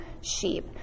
sheep